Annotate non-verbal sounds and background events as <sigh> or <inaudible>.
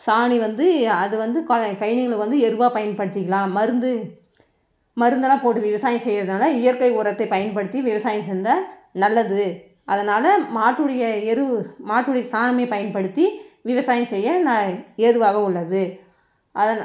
சாணி வந்து அது வந்து <unintelligible> வந்து எருவா பயன்படுத்திக்கலாம் மருந்து மருந்தெல்லாம் போட்டு விவசாயம் செய்கிறதுனால இயற்கை உரத்தை பயன்படுத்தி விவசாயம் செஞ்சால் நல்லது அதனால் மாட்டுடைய எருவு மாட்டுடைய சாணமே பயன்படுத்தி விவசாயம் செய்ய ந ஏதுவாக உள்ளது அதனை